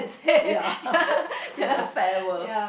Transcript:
ya it's a fair world